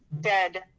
dead